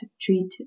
treat